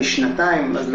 אני שנתיים עורך דין,